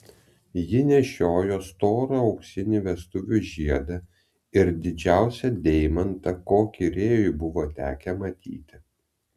ji nešiojo storą auksinį vestuvinį žiedą ir didžiausią deimantą kokį rėjui buvo tekę matyti